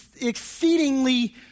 exceedingly